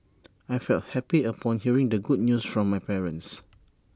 I felt happy upon hearing the good news from my parents